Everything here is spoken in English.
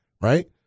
right